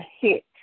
hit